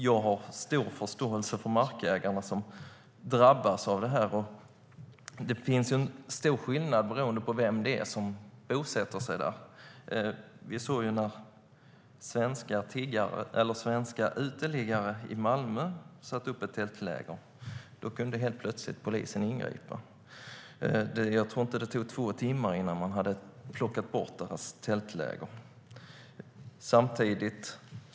Jag har stor förståelse för de markägare som drabbas av detta, och det är stor skillnad beroende på vem det är som bosätter sig på deras mark. När svenska uteliggare i Malmö satte upp ett tältläger kunde polisen ingripa direkt. Det tog inte ens två timmar innan man hade plockat bort tältlägret.